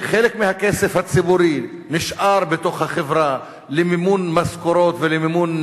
וחלק מהכסף הציבורי נשאר בתוך החברה למימון משכורות ולמימון